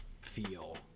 feel